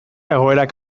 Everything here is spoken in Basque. egoerak